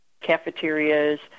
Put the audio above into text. cafeterias